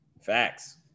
Facts